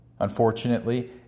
Unfortunately